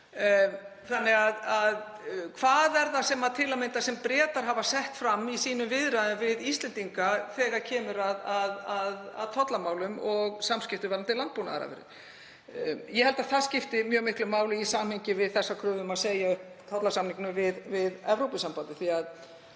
— Hvað er það til að mynda sem Bretar hafa sett fram í viðræðum sínum við Íslendinga þegar kemur að tollamálum og samskiptum varðandi landbúnaðarafurðir? Ég held að það skipti mjög miklu máli í samhengi við þessa kröfu um að segja upp tollasamningnum við Evrópusambandið því að